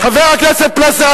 חבר הכנסת פלסנר,